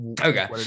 Okay